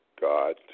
God